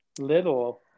little